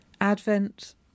Advent